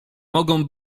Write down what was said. mogą